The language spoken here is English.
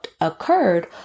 occurred